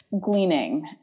gleaning